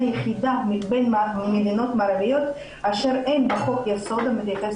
היחידה בין מדינות מערביות אשר אין בה חוק יסוד המתייחס